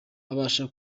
abasha